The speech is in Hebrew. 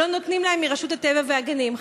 לא נותנים להם מרשות הטבע והגנים.